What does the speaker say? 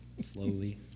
Slowly